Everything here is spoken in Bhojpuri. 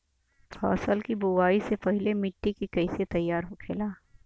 फसल की बुवाई से पहले मिट्टी की कैसे तैयार होखेला?